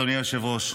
אדוני היושב-ראש,